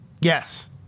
Yes